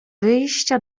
wyjścia